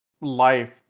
life